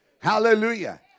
Hallelujah